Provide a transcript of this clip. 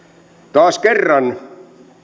taas kerran